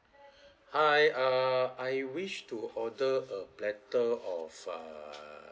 hi uh I wish to order a platter of uh